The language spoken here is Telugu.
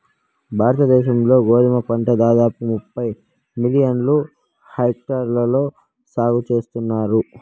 భారత దేశం లో గోధుమ పంట దాదాపు ముప్పై మిలియన్ హెక్టార్లలో సాగు చేస్తన్నారు